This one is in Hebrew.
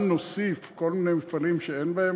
גם נוסיף כל מיני מפעלים שאין בהם,